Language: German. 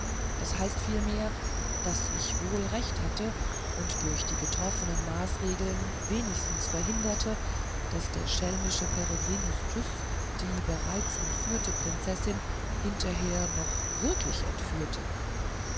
es heißt vielmehr daß ich wohl recht hatte und durch die getroffenen maßregeln wenigstens verhinderte daß der schelmische peregrinus tyß die bereits entführte prinzessin hinterher noch wirklich entführte